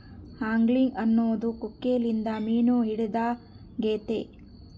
angling ಅನ್ನೊದು ಕೊಕ್ಕೆಲಿಂದ ಮೀನು ಹಿಡಿದಾಗೆತೆ